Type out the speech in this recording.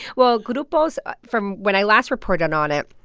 well, grupos ah from when i last report on on it,